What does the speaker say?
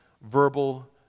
verbal